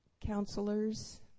counselors